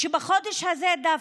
שבחודש הזה דווקא,